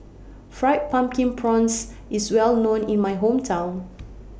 Fried Pumpkin Prawns IS Well known in My Hometown